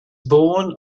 born